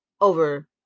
over